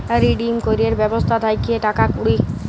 redeem ক্যরের ব্যবস্থা থাক্যে টাকা কুড়ি